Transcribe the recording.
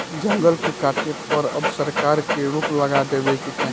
जंगल के काटे पर अब सरकार के रोक लगा देवे के चाही